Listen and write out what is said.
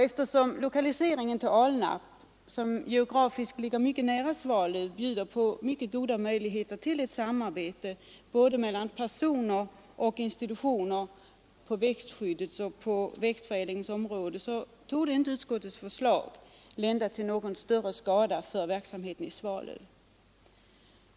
Eftersom lokaliseringen till Alnarp, som geografiskt ligger mycket nära Svalöv, bjuder synnerligen goda möjligheter till ett samarbete mellan både personer och institutioner på växtskyddets och växtförädlingens område, torde inte utskottets förslag lända till någon större skada för verksamheten i Svalöv.